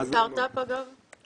איזה סטרטאפ, אגב?